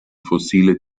fossile